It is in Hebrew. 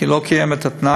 כי לא קיימו את התנאי.